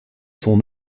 son